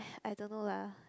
I don't know lah